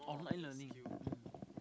online learning mm